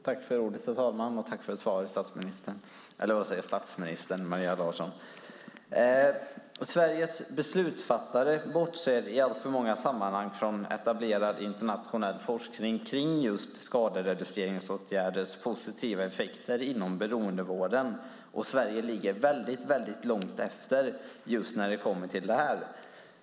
Herr talman! Tack för svaret, statsrådet Maria Larsson! Sveriges beslutfattare bortser i alltför många sammanhang från etablerad internationell forskning kring just skadereduceringsåtgärders positiva effekter inom beroendevården. Sverige ligger väldigt långt efter i fråga om detta.